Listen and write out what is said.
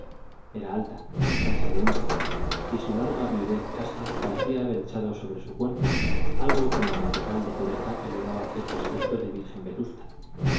era alta ancha de hombros y su larga viudez casta parecía haber echado sobre su cuerpo algo como matorral de pureza que le daba cierto aspecto de virgen vetusta